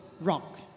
rock